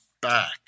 back